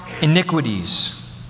iniquities